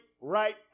right